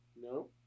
No